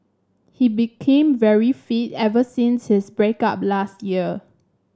he became very fit ever since his break up last year